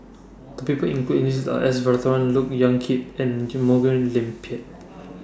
The People included in The list Are S Look Yan Kit and Morgen William Pett